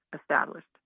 established